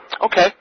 Okay